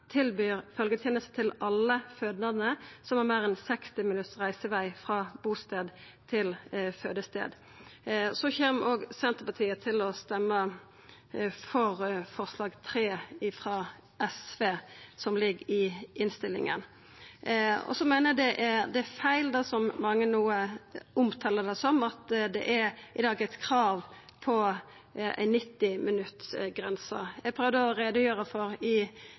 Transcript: tilbyr følgjeteneste til alle fødande som har meir enn 60 minutts reiseveg frå bustad til fødestad. Så kjem Senterpartiet òg til å stemma for forslag nr. 3, frå SV i innstillinga. Eg meiner det er feil at mange no omtalar det som om kravet i dag har ei grense på 90 minutt. Eg prøvde i det første innlegget mitt å gjera greie for at da Stortinget vedtok dette i